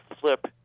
flip